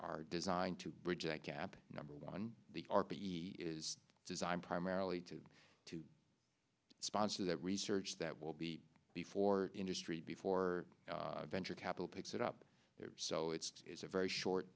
are designed to bridge that gap number one the r p e is designed primarily to to sponsor that research that will be before industry before venture capital picks it up so it's a very short